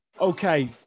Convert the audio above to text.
Okay